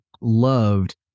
loved